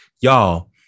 Y'all